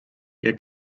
jak